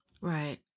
Right